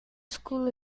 school